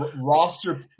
Roster